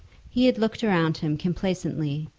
he had looked around him complacently,